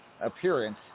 appearance